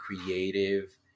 creative